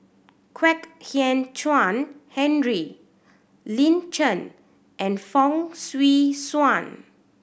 Kwek Hian Chuan Henry Lin Chen and Fong Swee Suan